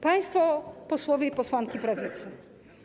Państwo Posłowie i Posłanki Prawicy!